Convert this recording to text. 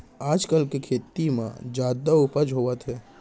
आजकाल के खेती म जादा उपज होवत हे